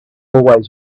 always